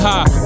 High